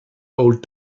old